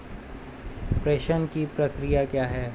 प्रेषण की प्रक्रिया क्या है?